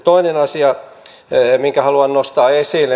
toinen asia minkä haluan nostaa esille